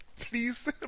Please